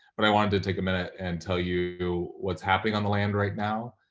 but i wanted to take a minute and tell you what's happening on the land right now.